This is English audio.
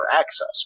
access